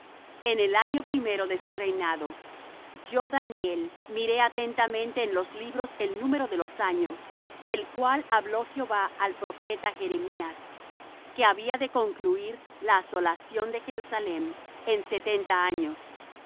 en el año primero de su reinado yo daniel miré atentamente en los libros el número de los años del cual habló jehová al profeta jeremías que había de concluir la asolación de jerusalem en setenta años